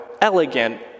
elegant